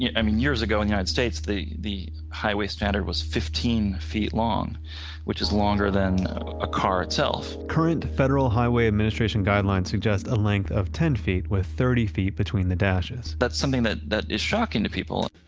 yeah i mean, years ago in the united states, the the highway standard was fifteen feet long which is longer than a car itself. current federal highway administration guidelines suggest a length of ten feet with thirty feet between the dashes. that's something that that is shocking to people.